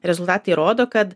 rezultatai rodo kad